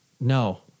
No